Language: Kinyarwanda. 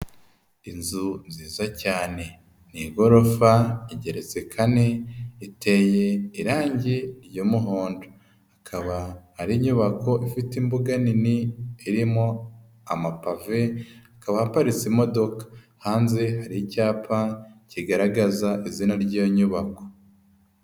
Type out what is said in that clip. Inzu nziza cyane, ni igorofa igeretse kane, iteye irangi ry'umuhondo, akaba ari inyubako ifite imbuga nini, irimo amapave, hakaba haparitse imodoka, hanze hari icyapa kigaragaza izina ryiyo nyubako.